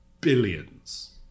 billions